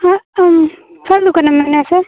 ᱦᱮᱜ ᱯᱷᱚᱞ ᱫᱚᱠᱟᱱᱮᱢ ᱢᱮᱱᱮᱫᱼᱟ ᱥᱮ